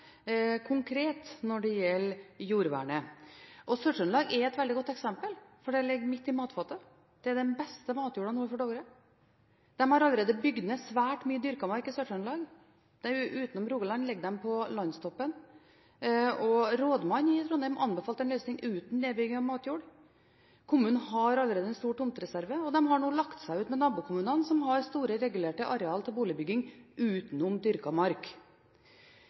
når det gjelder jordvernet, og Sør-Trøndelag er et veldig godt eksempel, for det ligger midt i matfatet. Det er den beste matjorda nord for Dovre. De har allerede bygd ned svært mye dyrket mark i Sør-Trøndelag – utenom Rogaland ligger de på landstoppen. Rådmannen i Trondheim anbefalte en løsning uten nedbygging av matjord. Kommunen har allerede en stor tomtereserve, og de har nå lagt seg ut med nabokommunene, som har store regulerte arealer til boligbygging utenom dyrket mark.